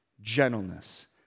gentleness